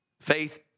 Faith